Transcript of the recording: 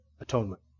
atonement